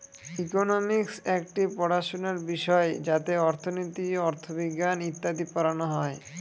economics একটি পড়াশোনার বিষয় যাতে অর্থনীতি, অথবিজ্ঞান ইত্যাদি পড়ানো হয়